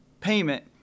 payment